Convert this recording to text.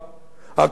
כמובן,